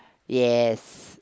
yes